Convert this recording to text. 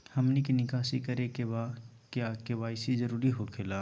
हमनी के निकासी करे के बा क्या के.वाई.सी जरूरी हो खेला?